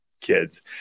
kids